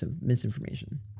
misinformation